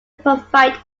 provide